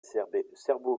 serbo